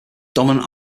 dominant